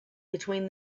between